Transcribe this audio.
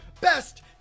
best